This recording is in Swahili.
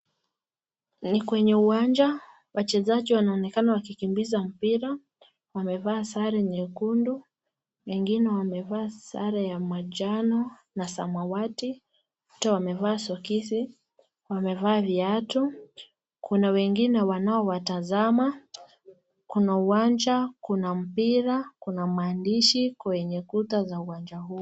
Kwenye uwanja wachezaji wanaonekana wakikimbiza mpira, wamevaa sare nyekundu wengine wamevaa sare ya manjano na samawati wote wamevaa sokisi wamevaa viatu kunao wengine wanaotazama, kuna uwanja, kuna mpira, kuna maandishi kwenye kuta za uwanja huo.